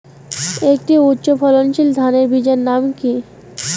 একটি উচ্চ ফলনশীল ধানের বীজের নাম কী?